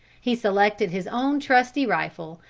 he selected his own trusty rifle,